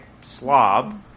slob